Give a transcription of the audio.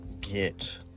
get